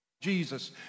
Jesus